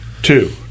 Two